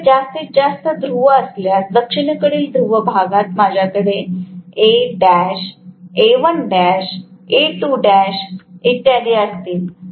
माझ्याकडे जास्तीत जास्त ध्रुव असल्यास दक्षिणेकडील ध्रुवभागासाठी माझ्याकडे Al A1l A2l इत्यादी असतील